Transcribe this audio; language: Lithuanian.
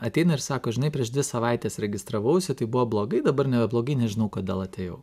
ateina ir sako žinai prieš dvi savaites registravausi tai buvo blogai dabar neblogai nežinau kodėl atėjau